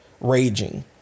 raging